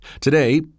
Today